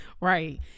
Right